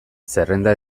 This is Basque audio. zerrenda